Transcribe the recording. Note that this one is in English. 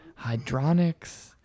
Hydronics